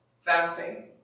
Fasting